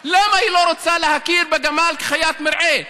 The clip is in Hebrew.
למה היא לא רוצה להכיר בגמל כחיית מרעה,